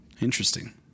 Interesting